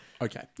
Okay